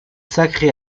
sacré